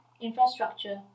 infrastructure